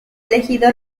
elegido